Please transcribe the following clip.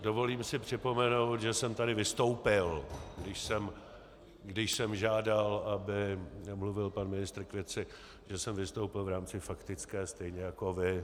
Dovolím si připomenout, že jsem tady vystoupil, když jsem žádal, aby mluvil pan ministr k věci, že jsem vystoupil v rámci faktické, stejně jako vy.